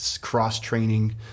cross-training